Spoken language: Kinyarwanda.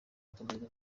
akomeza